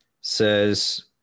says